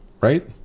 right